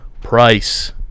price